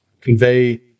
convey